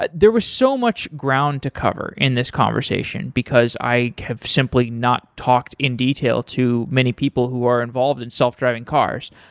but there was so much ground to cover in this conversation because i have simply not talked in detail to many people who were involved in self-driving cars.